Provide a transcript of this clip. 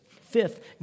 Fifth